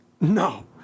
No